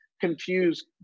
confused